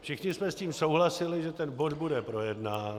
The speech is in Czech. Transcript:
Všichni jsme s tím souhlasili, že ten bod bude projednán.